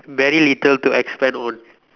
very little to expand on